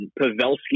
Pavelski